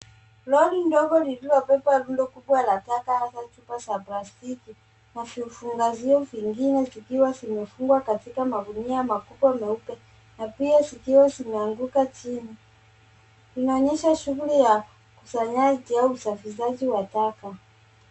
Lori ndogo lililobeba rundo kubwa la taka hasa chupa za plastiki na vifangashio vingine zikiwa zimefungwa katika magunia makubwa meupe, na pia zikiwa zimeanguka chini, inaonyesha shughuli ya ukusanyaji, au usafishaji wa taka.